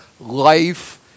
life